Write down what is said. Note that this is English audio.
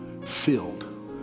filled